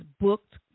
booked